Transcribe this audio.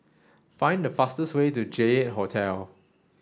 find the fastest way to J eight Hotel